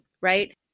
right